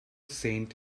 saint